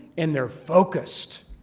and they're focused,